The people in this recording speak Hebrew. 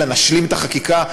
אלא נשלים את החקיקה.